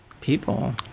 people